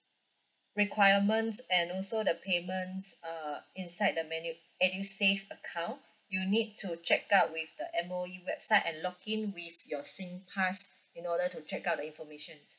requirements and also the payments uh inside the menu edusave account you need to check out with the M_O_E website and log in with your singpass in order to check out the information